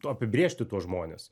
apibrėžti tuos žmones